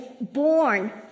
born